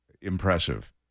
impressive